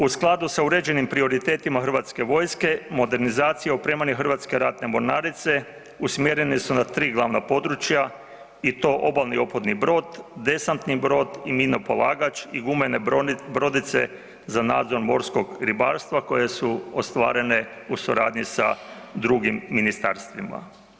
U skladu sa uređenim prioritetima HV-a, modernizacija opremanja Hrvatske ratne mornarice usmjerena su na 3 glavna područja i to obalni otporni brod, desantni brod i minopolagač i gumene brodice za nadzor morskog ribarstva koje su ostvarene u suradnji sa drugim ministarstvima.